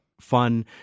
fun